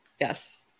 Yes